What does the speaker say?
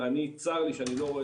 אני צר לי שאני לא רואה,